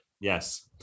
Yes